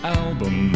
album